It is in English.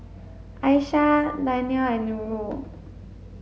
Aisyah Daniel and Nurul